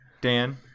Dan